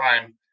time